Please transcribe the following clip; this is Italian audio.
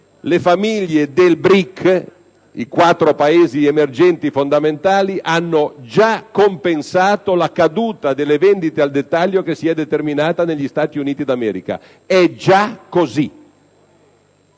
le famiglie del BRIC - i quattro Paesi emergenti fondamentali - hanno già compensato la caduta delle vendite al dettaglio che si è determinata negli Stati Uniti d'America. È già così.